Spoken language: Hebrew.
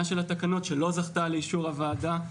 של התקנות שלא זכתה לאישור הוועדה.